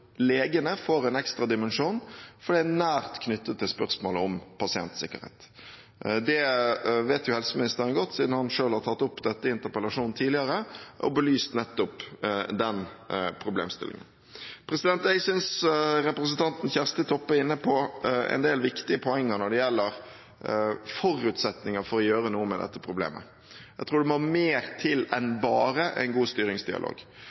legene får en ekstra dimensjon, for det er nært knyttet til spørsmålet om pasientsikkerhet. Det vet helseministeren godt, siden han selv har tatt opp dette i interpellasjon tidligere og har belyst nettopp den problemstillingen. Jeg synes representanten Kjersti Toppe er inne på en del viktige poenger når det gjelder forutsetningene for å gjøre noe med dette problemet. Jeg tror det må mer til enn bare en god styringsdialog.